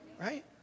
right